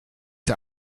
der